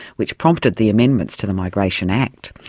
which prompted the amendments to the migration act,